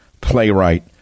playwright